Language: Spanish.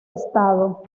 estado